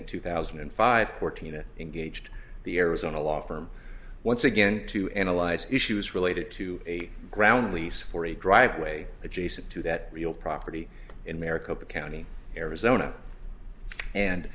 in two thousand and five fourteen it engaged the arizona law firm once again to analyze issues related to a ground lease for a driveway adjacent to that real property in maricopa county arizona and